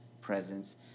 presence